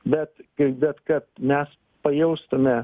bet ir bet kad mes pajaustume